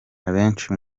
abenshi